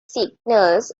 signals